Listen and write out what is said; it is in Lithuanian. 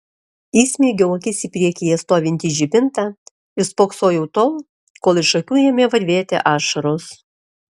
įsmeigiau akis į priekyje stovintį žibintą ir spoksojau tol kol iš akių ėmė varvėti ašaros